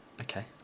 Okay